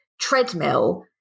treadmill